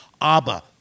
Abba